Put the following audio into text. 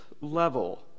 level